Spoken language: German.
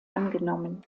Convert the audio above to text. angenommen